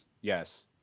yes